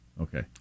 Okay